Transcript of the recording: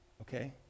okay